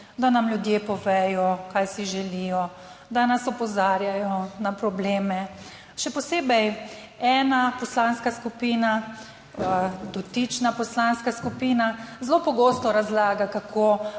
da nam ljudje povedo kaj si želijo, da nas opozarjajo na probleme. Še posebej ena poslanska skupina, dotična poslanska skupina zelo pogosto razlaga kako